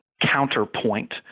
counterpoint